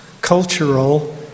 cultural